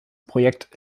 projekt